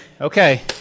okay